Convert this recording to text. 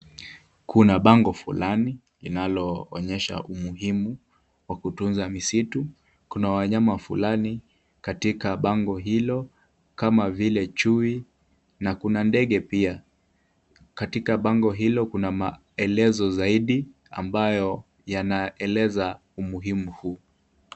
Kuna bango fulani linaloonyesha umuhumu wa kutunza misitu. Kuna wanyama fulani katika bango hilo kama vile chui na kuna ndege pia. Katika bango hilo kuna maelezo zaidi ambayo yanaeleza umuhimu huu.